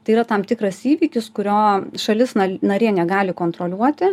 tai yra tam tikras įvykis kurio šalis narė negali kontroliuoti